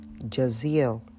Jaziel